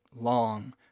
long